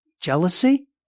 jealousy